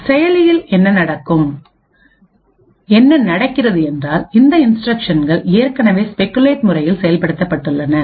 ஆனால் செயலியில் என்ன நடக்கிறது என்றால் இந்த இன்ஸ்டிரக்ஷன்கள் ஏற்கனவே ஸ்பெகுலேட் முறையில் செயல்படுத்தப்பட்டுள்ளன